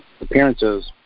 appearances